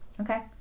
Okay